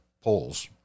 polls